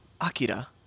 Akira